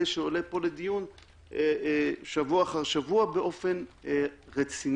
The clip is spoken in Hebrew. שעולה פה לדיון שבוע אחר שבוע באופן רציני.